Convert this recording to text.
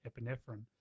epinephrine